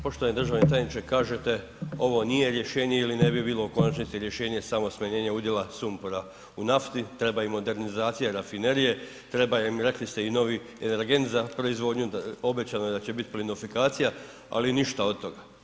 Poštovani državni tajniče, kažete ovo nije rješenje ili ne bi bilo u konačnici rješenje samo smanjenje udjela sumpora u naftu, treba i modernizacija rafinerija, treba im, rekli ste, i novi energent za proizvodnju, obećano je da će biti plinofikacija, ali ništa od toga.